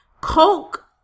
Coke